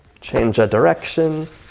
change your directions.